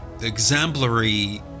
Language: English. exemplary